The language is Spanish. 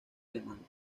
alemania